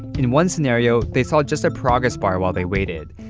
in one scenario, they saw just a progress bar while they waited.